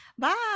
bye